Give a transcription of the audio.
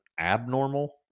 abnormal